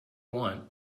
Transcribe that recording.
want